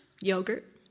yogurt